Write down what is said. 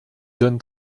john